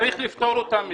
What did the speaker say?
צריך לפטור אותם מזה.